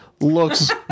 looks